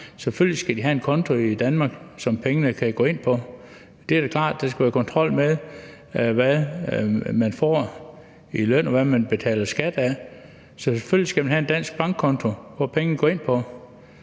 Selvfølgelig skal de have en konto i Danmark, som pengene kan gå ind på; det er da klart. Der skal være kontrol med, hvad man får i løn, og hvad man betaler skat af. Så selvfølgelig skal man have en dansk bankkonto, som pengene går ind på.